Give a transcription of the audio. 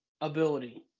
ability